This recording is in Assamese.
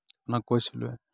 মই কৈছিলোঁৱেই